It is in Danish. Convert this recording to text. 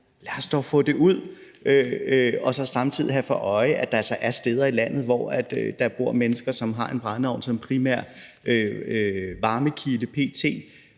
lad os dog få det ud og så samtidig have for øje, at der altså er steder i landet, hvor der bor mennesker, som p.t. har en brændeovn som primær varmekilde.